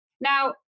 Now